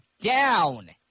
down